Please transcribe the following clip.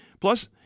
plus